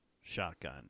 shotgun